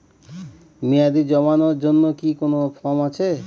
মেয়াদী জমানোর জন্য কি কোন ফর্ম আছে?